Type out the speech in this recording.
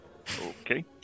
okay